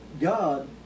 God